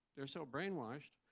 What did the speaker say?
they're so brainwashed.